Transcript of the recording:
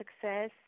success